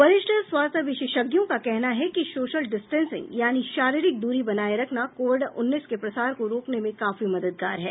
वरिष्ठ स्वास्थ्य विशेषज्ञों का कहना है कि सोशल डिस्टेंसिंग यानी शारीरिक दूरी बनाये रखना कोविड उन्नीस के प्रसार को रोकने में काफी मददगार है